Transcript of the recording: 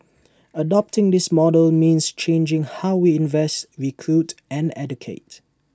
adopting this model means changing how we invest recruit and educate